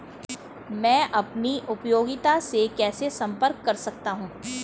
मैं अपनी उपयोगिता से कैसे संपर्क कर सकता हूँ?